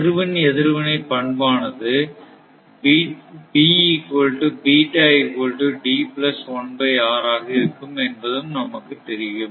அதிர்வெண் எதிர்வினை பண்பானது ஆக இருக்கும் என்பதும் நமக்குத் தெரியும்